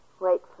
Wait